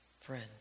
friend